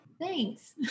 Thanks